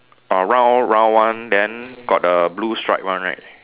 err round round one then got the blue stripe one right